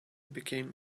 became